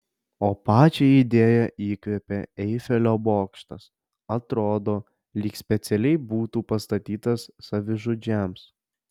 o pačią idėją įkvėpė eifelio bokštas atrodo lyg specialiai būtų pastatytas savižudžiams